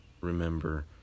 remember